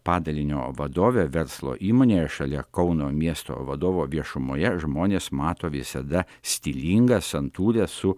padalinio vadovė verslo įmonėje šalia kauno miesto vadovo viešumoje žmonės mato visada stilingą santūrią su